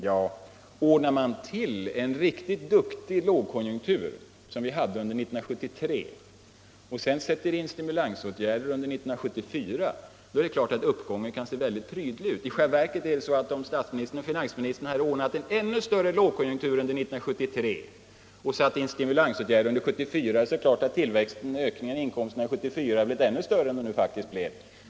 Ja, ordnar man till en riktigt duktig lågkonjunktur, som vi hade under 1973, och sedan sätter in stimulansåtgärder under 1974 så är det klart att uppgången kan se mycket prydlig ut, I själva verket är det så att om statsministern och finansministern hade ordnat en ännu besvärligare lågkonjunktur under 1973 och satt in stimulansåtgärder 1974 så hade ökningen under 1974 blivit ännu större än den nu faktiskt blev.